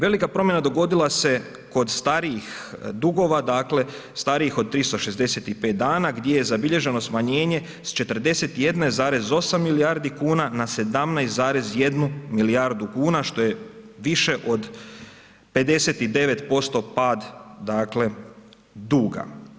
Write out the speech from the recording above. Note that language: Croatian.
Velika promjena dogodila se kod starijih dugova, dakle starijih od 365 dana gdje je zabilježeno smanjenje s 41,8 milijardi kuna na 17,1 milijardu kuna što je više od 59% pad dakle duga.